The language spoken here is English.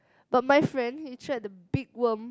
but my friend he tried the big worm